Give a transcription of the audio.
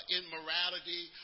immorality